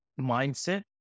mindset